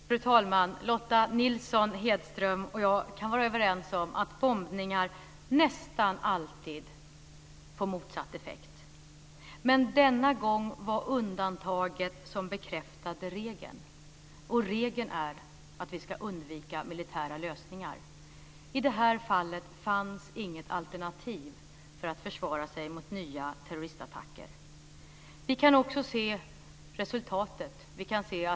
Fru talman! Lotta Nilsson Hedström och jag kan vara överens om att bombningar nästan alltid får motsatt effekt. Men denna gång var undantaget som bekräftade regeln, och regeln är att man ska undvika militära lösningar. I det här fallet fanns det inget alternativ för att försvara sig mot nya terroristattacker. Vi kan också se resultatet.